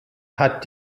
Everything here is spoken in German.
hat